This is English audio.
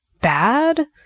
bad